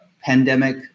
pandemic